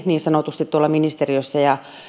niin sanotusti koottu koreihin tuolla ministeriössä ja